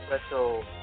special